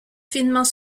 finement